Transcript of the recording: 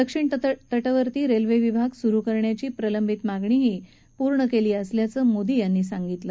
दक्षिण तटवर्ती रेल्वे विभाग सुरु करण्याची प्रलंबित मागणीही पूर्ण केली असल्याचं मोदी यांनी सांगितलं